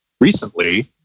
recently